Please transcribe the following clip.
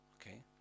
Okay